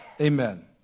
Amen